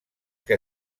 que